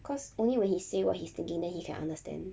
cause only when he say what he's thinking then he can understand